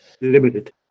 limited